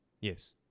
Yes